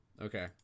okay